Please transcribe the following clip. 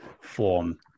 form